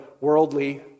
worldly